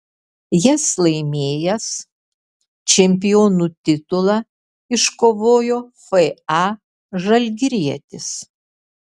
jas laimėjęs čempionų titulą iškovojo fa žalgirietis